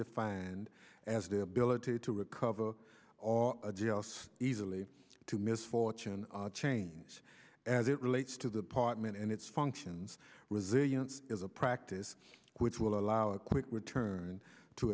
defined as the ability to recover a jealous easily to misfortune change as it relates to the parliament and its functions resilience is a practice which will allow a quick return to